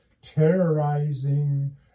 terrorizing